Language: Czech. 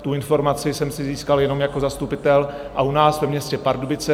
Tu informaci jsem si získal jenom jako zastupitel a u nás ve městě Pardubice.